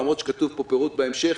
למרות שכתוב פה "פירוט בהמשך".